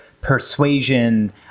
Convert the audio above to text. persuasion